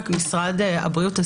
משרד הבריאות,